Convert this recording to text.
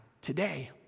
today